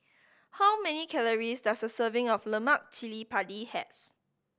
how many calories does a serving of lemak cili padi have